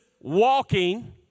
walking